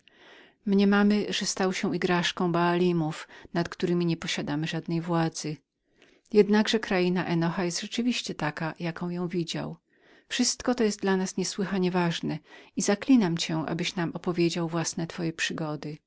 skutku mniemamy że stał się igraszką baalimów nad którymi nie posiadamy żadnej władzy jednakże kraina henocha jest rzeczywiście taką jaką ją widział wszystko to jest dla nas niesłychanie ważnem i zaklinam cię abyś nam opowiedział własne twoje przygody